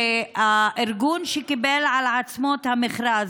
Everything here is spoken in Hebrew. הארגון שקיבל על עצמו את המכרז,